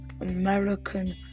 American